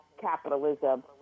capitalism